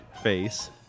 Face